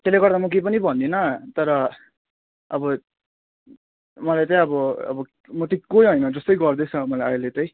त्यसले गर्दा म केही पनि भन्दिनँ तर अब मलाई त अब अब म त कोही होइन जस्तो गर्दैछ मलाई अहिले त